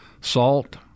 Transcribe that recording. salt